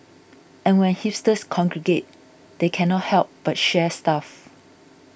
and when hipsters congregate they cannot help but share stuff